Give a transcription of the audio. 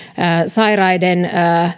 sairaiden köyhien